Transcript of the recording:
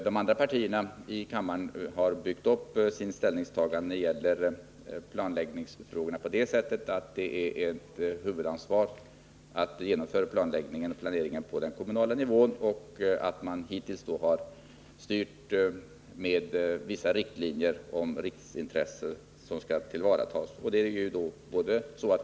De andra partierna i kammaren har byggt sitt ställningstagande när det gäller planläggningsfrågorna på uppfattningen att det är ett huvudansvar att genomföra planeringen på den kommunala nivån. Hittills har man styrt med vissa riktlinjer beträffande riksintressen som skall tillvaratas.